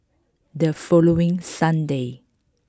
the following Sunday